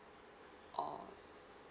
or